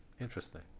interesting